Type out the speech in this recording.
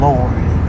Lord